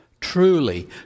Truly